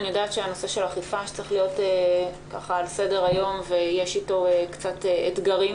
נושא האכיפה שצריך להיות על סדר היום ויש איתו קצת אתגרים,